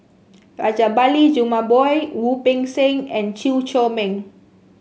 Rajabali Jumabhoy Wu Peng Seng and Chew Chor Meng